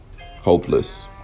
hopeless